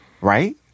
Right